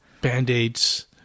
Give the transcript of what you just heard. Band-aids